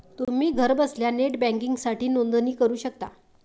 तुम्ही घरबसल्या नेट बँकिंगसाठी नोंदणी करू शकता